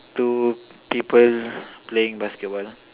two people playing basketball lah